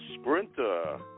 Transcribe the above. Sprinter